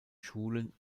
schulen